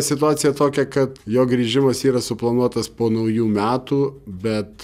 situacija tokia kad jo grįžimas yra suplanuotas po naujų metų bet